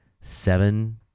seven